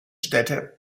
städte